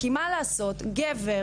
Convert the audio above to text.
כי מה לעשות, גבר